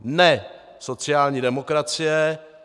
Ne sociální demokracie.